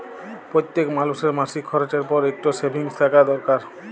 প্যইত্তেক মালুসের মাসিক খরচের পর ইকট সেভিংস থ্যাকা দরকার